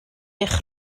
eich